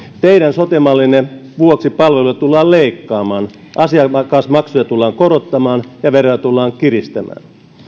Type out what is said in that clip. teidän sote mallinne vuoksi palveluita tullaan leikkaamaan asiakasmaksuja tullaan korottamaan ja veroja tullaan kiristämään